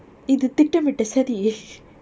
இது திட்டமிட்ட சதி:ithu thittamitta sathi